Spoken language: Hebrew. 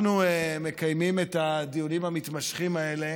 אנחנו מקיימים את הדיונים המתמשכים האלה